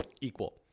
equal